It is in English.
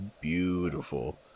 Beautiful